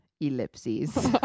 ellipses